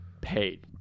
paid